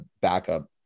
backup